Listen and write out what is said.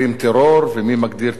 ומי מגדיר טרור וכו',